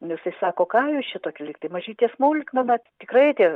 nu jisai sako ką jūs čia tokį lygtai mažytė smulkmena tikrai tie